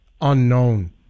unknown